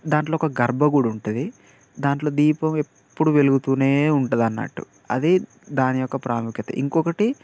దాంట్లో ఒక గర్భగుడి ఉంటుంది దాంట్లో దీపం ఎప్పుడు వెలుగుతూనే ఉంటుంది అన్నట్టు అది దాని యొక్క ప్రాముఖ్యత ఇంకొకటి